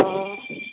ओ